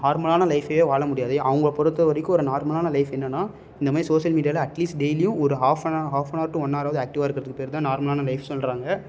நார்மலான லைஃபையே வாழமுடியாது அவங்கள பொறுத்த வரைக்கும் ஒரு நார்மலான லைஃப் என்னென்னா இந்தமாதிரி சோசியல் மீடியாவில் அட்லீஸ்ட் டெய்லியும் ஒரு ஹாஃபன ஹாஃபனார் டு ஒன் ஹாராவது ஆக்ட்டிவாக இருக்கிறதுக்கு பேரு தான் நார்மலான லைஃப்ன்னு சொல்கிறாங்க